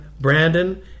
Brandon